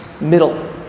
middle